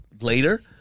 later